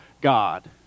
God